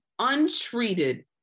untreated